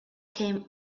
came